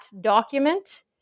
document